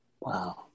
Wow